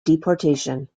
deportation